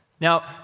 Now